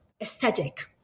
aesthetic